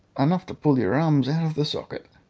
enough to pull your arms out of the socket,